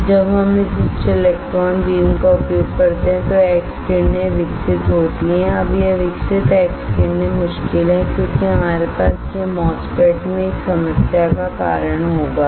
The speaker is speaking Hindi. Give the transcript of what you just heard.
कि जब हम इस उच्च इलेक्ट्रॉन बीम का उपयोग करते हैं तो एक्स किरणें विकसित होती है अब यह विकसित एक्स किरणें मुश्किल है क्योंकि हमारे पास यह MOSFET में एक समस्या का कारण होगा